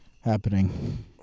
happening